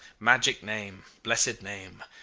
magic name, blessed name.